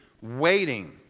waiting